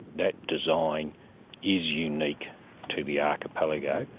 that design is unique to the archipelago.